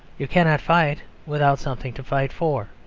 you cannot fight without something to fight for.